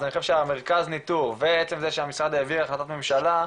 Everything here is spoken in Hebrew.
אז אני חושב שהמרכז ניטור ועצם זה שהמשרד העביר החלטות ממשלה,